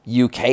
UK